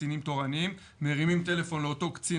קצינים תורנים: מרימים טלפון לאותו קצין